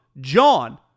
John